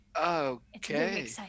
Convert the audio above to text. Okay